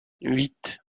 huit